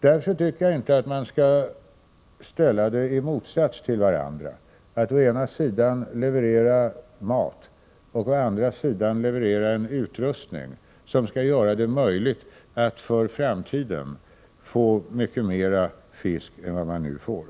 Jag tycker inte att man skall ställa dessa saker i motsats till varandra, att man å ena sidan skall leverera mat eller å andra sidan skall leverera en utrustning som skall göra det möjligt att för framtiden få mycket mer fisk än man nu får.